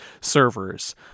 servers